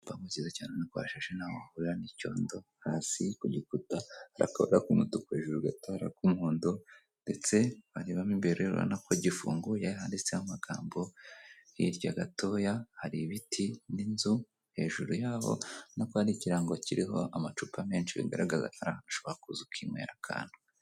Igipangu cyiza cyane urabona ko hashashe ntaho wahurira n'icyondo, hasi ku gikuta hari akabara k'umutuku, hejuru gato hari ak'umuhondo ndetse warebamo imbere urabonako gifunguye handitseho amagambo, hirya gatoya hari ibiti n'inzu hejuru y'aho urabona ko hari ikirarango kiriho amacupa menshi bigaragaza ko ari ahantu ushobora kuza ukinywera akantu.